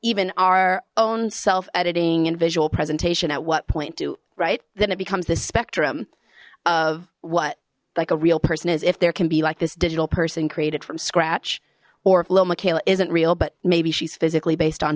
even our own self editing and visual presentation at what point do right then it becomes this spectrum of what like a real person is if there can be like this digital person created from scratch or flow mikaela isn't real but maybe she's physically based on